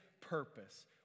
purpose